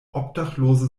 obdachlose